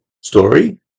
story